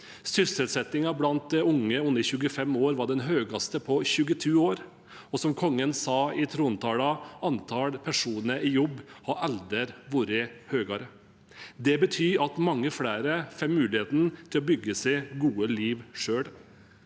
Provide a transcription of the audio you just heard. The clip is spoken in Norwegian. Sysselsettingen blant unge under 25 år var den høyeste på 22 år. Som kongen sa i trontalen: «Antall personer i jobb har aldri vært høyere.» Det betyr at mange flere får muligheten til å bygge seg et godt liv selv.